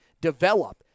develop